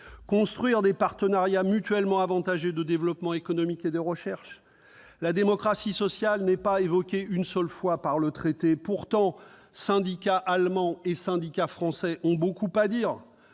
construire des partenariats mutuellement avantageux de développement économique et de recherche. La démocratie sociale n'est pas évoquée une seule fois dans le traité. Pourtant, les syndicats allemands et français ont beaucoup à dire.